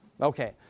Okay